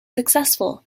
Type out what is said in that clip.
successful